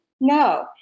No